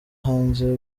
hanze